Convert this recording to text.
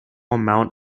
amount